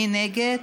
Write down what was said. מי נגד?